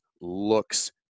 looks